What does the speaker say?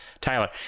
Tyler